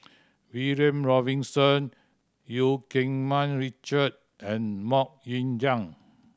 William Robinson Eu Keng Mun Richard and Mok Ying Jang